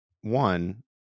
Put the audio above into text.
one